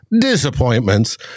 disappointments